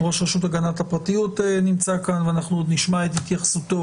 ראש רשות הגנת הפרטיות נמצא כאן ואנחנו עוד נשמע את התייחסותו,